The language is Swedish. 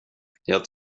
jag